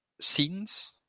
scenes